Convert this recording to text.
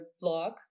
blog